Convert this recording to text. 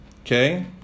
Okay